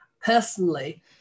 Personally